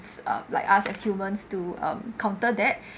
um like us as humans to um counter that